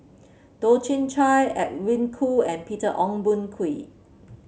Toh Chin Chye Edwin Koo and Peter Ong Boon Kwee